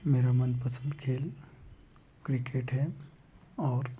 मेरा मनपसंद खेल क्रिकेट है और